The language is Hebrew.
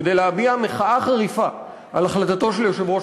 כדי להביע מחאה חריפה על החלטתו של יושב-ראש